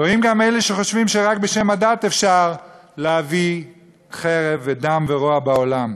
טועים גם אלה שחושבים שרק בשם הדת אפשר להביא חרב ודם ורוע בעולם,